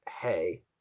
hey